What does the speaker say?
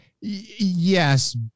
Yes